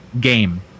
game